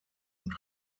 und